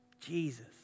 Jesus